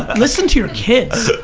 ah listen to your kids.